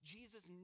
Jesus